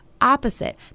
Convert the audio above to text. Opposite